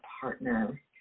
partner